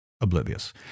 oblivious